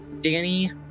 Danny